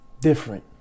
different